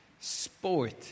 sport